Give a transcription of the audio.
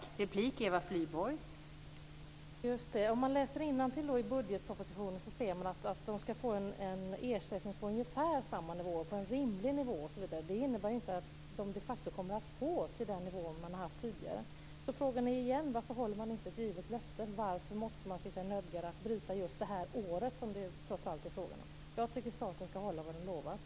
Fru talman! Om man läser innantill i budgetpropositionen ser man att ersättningen ska ligga på ungefär samma nivå, på en rimlig nivå osv. Det innebär ju inte att ersättningen de facto kommer att ligga på den nivå som den har gjort tidigare. Så frågan är igen: Varför håller man inte ett givet löfte? Varför måste man se sig nödgad att bryta just det här året, som det trots allt är fråga om? Jag tycker att staten ska hålla vad den lovar